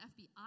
FBI